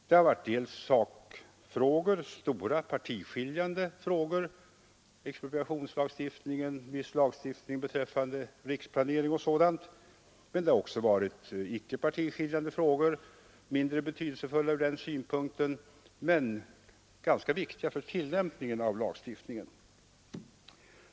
Det har dels varit sakfrågor, stora partiskiljande frågor som expropriationslagstiftningen, viss lagstiftning beträffande riksplanering och sådant, men det har också varit ickepartiskiljande frågor, som ändå varit ganska viktiga för tillämpningen av lagstiftningen.